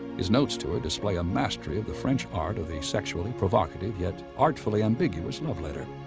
his notes to her display a mastery of the french art of the sexually provocative yet artfully ambiguous love letter.